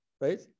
right